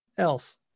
Else